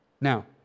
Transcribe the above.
Now